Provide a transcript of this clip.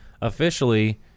officially